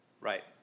Right